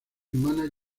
mánager